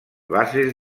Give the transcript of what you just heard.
bases